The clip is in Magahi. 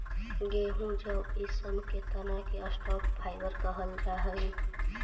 गेहूँ जौ इ सब के तना के स्टॉक फाइवर कहल जा हई